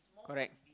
correct